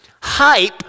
Hype